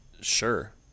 sure